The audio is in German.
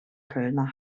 kölner